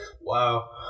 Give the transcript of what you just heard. wow